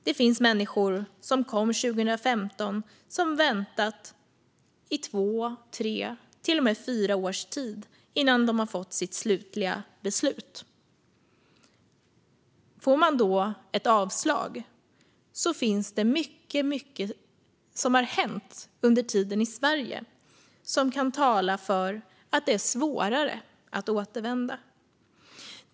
Det finns människor som kommit 2015 och sedan väntat i två, tre eller till och med fyra års tid innan de fått sitt slutliga beslut. Får man då ett avslag finns det mycket som har hänt under tiden i Sverige som kan tala för att det är svårare att återvända.